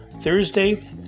Thursday